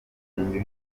bihumbi